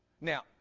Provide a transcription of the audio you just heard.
Now